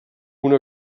una